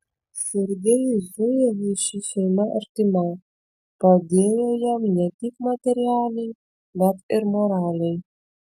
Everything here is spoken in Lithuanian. sergiejui zujevui ši šeima artima padėjo jam ne tik materialiai bet ir moraliai